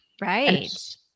right